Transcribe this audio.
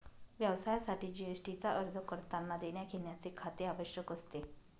व्यवसायासाठी जी.एस.टी चा अर्ज करतांना देण्याघेण्याचे खाते आवश्यक असते